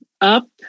up